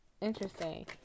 Interesting